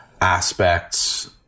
aspects